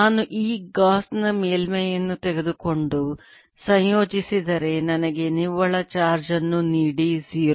ನಾನು ಈ ಗೌಸ್ ನ ಮೇಲ್ಮೈಯನ್ನು ತೆಗೆದುಕೊಂಡು ಸಂಯೋಜಿಸಿದರೆ ನನಗೆ ನಿವ್ವಳ ಚಾರ್ಜ್ ಅನ್ನು ನೀಡಿ 0